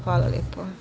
Hvala